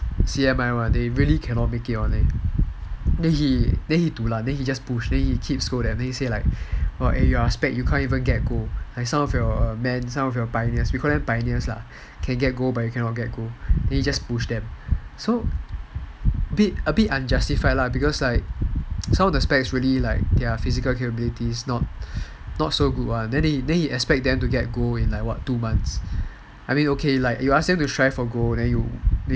C_M_I [one] they really cannot make it [one] then he du lan then he keep push keep scold them then say like you are a spec you can't even get gold like some of your men pioneers we call them pioneers lah can get gold but you cannot get gold then he just push them so a bit unjustified lah because like some of the specs really their physical capabilities so good then he expect them to get gold in like [what] two months I mean okay you ask them to strive for gold